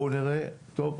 טוב,